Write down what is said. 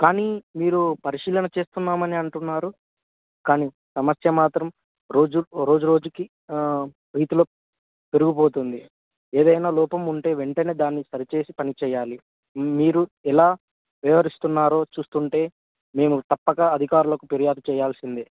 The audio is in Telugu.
కానీ మీరు పరిశీలన చేస్తున్నాం అని అంటున్నారు కానీ సమస్య మాత్రం రోజు రోజు రోజుకి వీటిలో పెరిగిపోతుంది ఏదైనా లోపం ఉంటే వెంటనే దాన్ని సరిచేసి పని చేయాలి మీరు ఎలా వివరిస్తున్నారో చూస్తు ఉంటే మేము తప్పక అధికారులకు ఫిర్యాదు చేయాల్సిందే